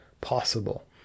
possible